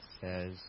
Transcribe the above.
says